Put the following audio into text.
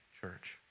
church